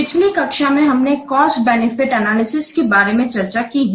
पिछली कक्षा में हमने कॉस्ट बेनिफिट एनालिसिस के बारे में चर्चा की है